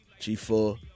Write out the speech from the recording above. G4